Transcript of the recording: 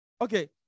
Okay